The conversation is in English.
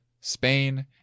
Spain